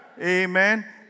Amen